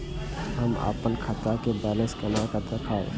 हम अपन खाता के बैलेंस केना देखब?